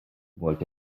wollt